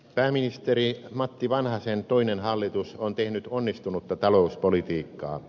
pääministeri matti vanhasen toinen hallitus on tehnyt onnistunutta talouspolitiikkaa